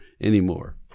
anymore